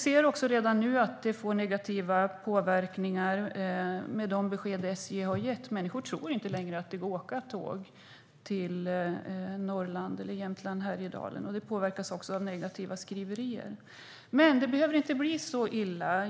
De besked SJ har gett påverkar redan nu negativt. Människor tror inte längre att det går att åka tåg till Norrland eller Jämtland och Härjedalen. De påverkas också av negativa skriverier. Men det behöver inte bli så illa.